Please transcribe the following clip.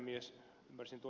ymmärsin ed